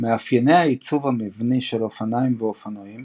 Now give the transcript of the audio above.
מאפייני העיצוב המבני של אופניים ואופנועים